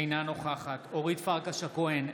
אינה נוכחת אורית פרקש הכהן,